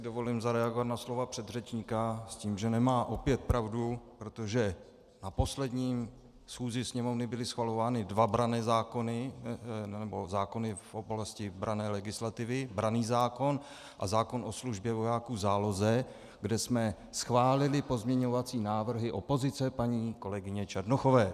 Dovolím si zareagovat na slova předřečníka s tím, že nemá opět pravdu, protože na poslední schůzi Sněmovny byly schvalovány dva branné zákony, nebo zákony v oblasti branné legislativy, branný zákon a zákon o službě vojáků v záloze, kde jsme schválili pozměňovací návrhy opozice paní kolegyně Černochové.